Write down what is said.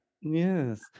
Yes